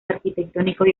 arquitectónicos